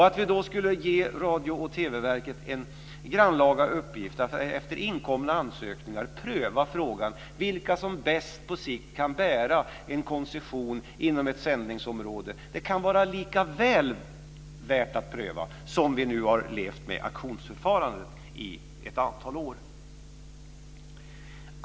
Att ge Radio och TV-verket den grannlaga uppgiften att, efter inkomna ansökningar, pröva frågan vilka som bäst på sikt kan bära en koncession inom ett sändningsområde kan vara väl värt att pröva, lika väl som det auktionsförfarande som vi nu har levt med ett antal år.